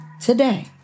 today